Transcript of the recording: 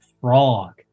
frog